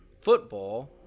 football